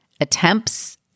attempts